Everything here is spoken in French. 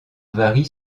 varie